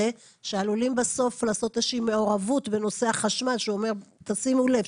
שעלולים בסוף לעשות איזושהי מעורבות בנושא החשמל ,שאומר תשימו לב,